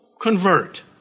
convert